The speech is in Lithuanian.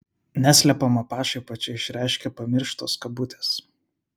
neslepiamą pašaipą čia išreiškia pamirštos kabutės